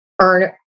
earn